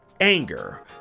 anger